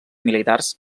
militars